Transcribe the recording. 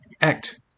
act